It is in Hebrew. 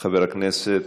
חבר הכנסת